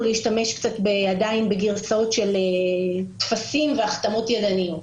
להשתמש קצת בגרסאות של טפסים והחתמות ידניות.